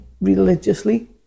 religiously